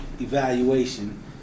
evaluation